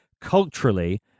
culturally